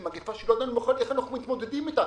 עם מגפה שלא ידענו בכלל איך אנחנו מתמודדים איתה,